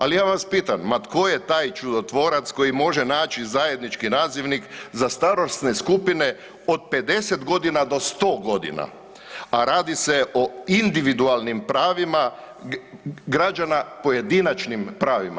Ali ja vas pitam, ma tko je taj čudotvorac koji može naći zajednički nazivnik za starosne skupine od 50 godina do 100 godina, a radi se o individualnim pravima građana, pojedinačnim pravima.